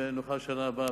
ונוכל בשנה הבאה,